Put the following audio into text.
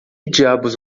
diabos